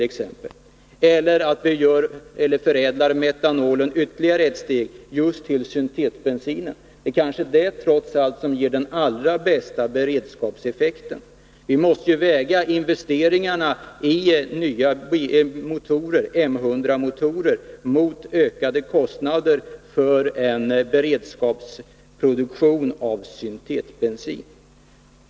Eller kanske vi skall förädla metanol ytterligare ett steg, just till syntetisk bensin. Det är kanske det som trots allt ger den allra bästa beredskapseffekten! Vi måste ju väga investeringar i nya M 100-motorer mot ökade kostnader för en beredskapsproduktion av syntetbensin.